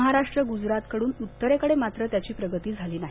महाराष्ट्र ग्जरातकडून उत्तरेकडे मात्र त्याची प्रगती झाली नाही